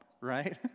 right